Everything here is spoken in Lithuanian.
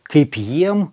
kaip jiem